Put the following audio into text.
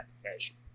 application